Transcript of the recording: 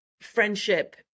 friendship